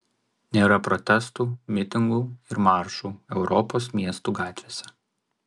nėra protestų mitingų ir maršų europos miestų gatvėse